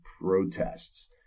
protests